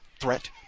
threat